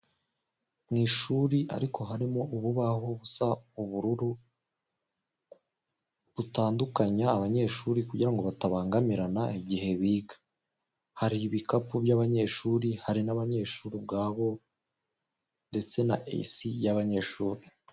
Ni ishuri ariko harimo urubahu rusa ubururu, rutandukanya abanyeshuri kugira ngo batabangamirana igihe biga. Hari ibikapu by'abanyeshuri, hari n'abanyeshuri ubwabo ndetse na eyisi y'abanyeshuri.